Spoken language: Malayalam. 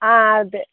ആ അതെ